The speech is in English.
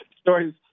Stories